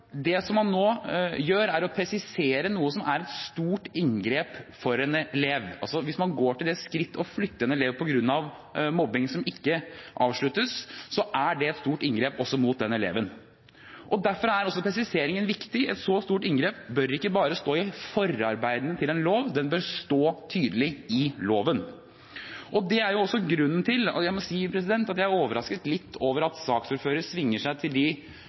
Det som man nå gjør, er å presisere noe som er et stort inngrep for en elev. Hvis man går til det skritt å flytte en elev på grunn av mobbing som ikke avsluttes, er det et stort inngrep også mot den eleven. Derfor er også presiseringen viktig: Et så stort inngrep bør ikke bare stå i forarbeidene til en lov, det bør stå tydelig i loven. Jeg er litt overrasket over at saksordføreren svinger seg til